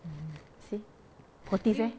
mm mm see forties eh